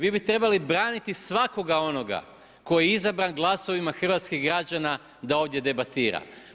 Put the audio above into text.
Vi bi trebali braniti svakoga onoga koji je izabran glasovima hrvatskih građana da ovdje debatira.